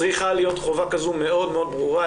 צריכה להיות חובה כזו מאוד מאוד ברורה,